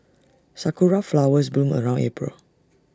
Sakura Flowers bloom around April